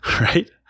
right